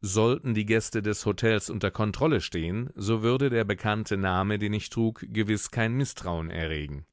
sollten die gäste des hotels unter kontrolle stehen so würde der bekannte name den ich trug gewiß kein mißtrauen erregen